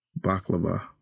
Baklava